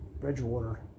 Bridgewater –